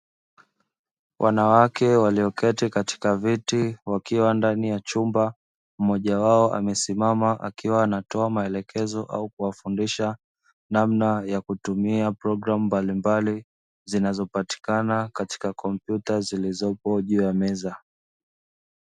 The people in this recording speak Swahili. Wanawake walioketi katika viti wakiwa ndani ya chumba mmoja wao amesimama akiwa anatoa maelekezo au kuwafundisha namna ya kutumia programu mbalimbali zinazopatikana katika kompyuta zilizopo juu ya meza.